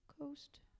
coast